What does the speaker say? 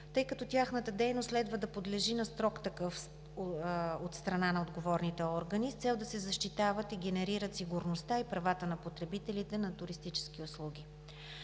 тъй като тяхната дейност следва да подлежи на строг такъв от страна на отговорните органи с цел да се защитава и генерира сигурността и правата на потребителите на туристически услуги.